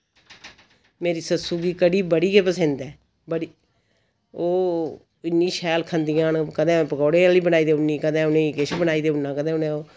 मेरी सस्सू गी कड़ी बड़ी गै पसिंद ऐ बड़ी ओह् इन्नी शैल खंदियां न कदै पकोड़े आह्ली बनाई देऊनी कदैं उ'ने किश बनाई देऊना कदै उ'ने